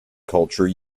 culture